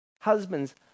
Husbands